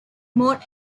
more